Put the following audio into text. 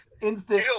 Instant